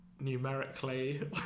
numerically